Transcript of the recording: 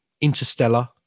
Interstellar